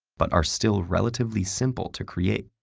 but are still relatively simple to create.